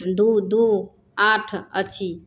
दू दू आठ अछि